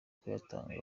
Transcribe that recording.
kuyatanga